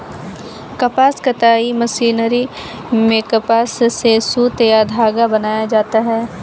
कपास कताई मशीनरी में कपास से सुत या धागा बनाया जाता है